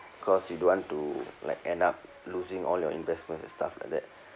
cause you don't want to like end up losing all your investment and stuff like that